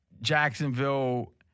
Jacksonville